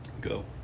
Go